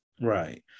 Right